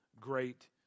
great